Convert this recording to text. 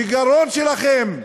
בגרון שלכם,